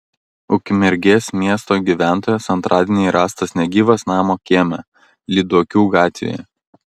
ukmergės miesto gyventojas antradienį rastas negyvas namo kieme lyduokių gatvėje